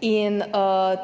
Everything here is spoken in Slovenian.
in